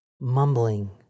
mumbling